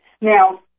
Now